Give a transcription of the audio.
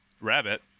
rabbit